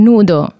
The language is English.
Nudo